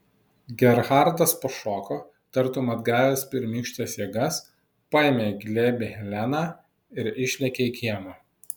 gerhardas pašoko tartum atgavęs pirmykštes jėgas paėmė į glėbį heleną ir išlėkė į kiemą